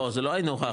לא, זה לא היינו הך.